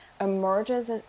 emerges